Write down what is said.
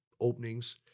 openings